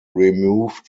removed